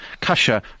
kasha